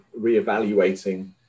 reevaluating